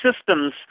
Systems